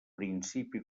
principi